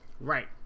Right